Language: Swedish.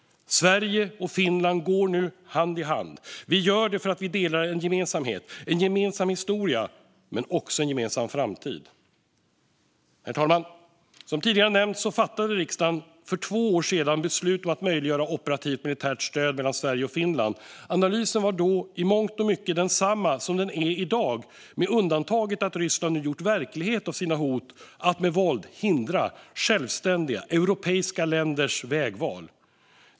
Sverige och Finland går nu hand i hand. Vi gör det för att vi delar en gemensamhet, en gemensam historia men också en gemensam framtid. Herr talman! Som tidigare nämnts fattade riksdagen för två år sedan beslut om att möjliggöra operativt militärt stöd mellan Sverige och Finland. Analysen då var i mångt och mycket densamma som i dag, med undantaget att Ryssland nu har gjort verklighet av sina hot att med våld hindra självständiga europeiska länders vägval.